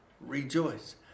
rejoice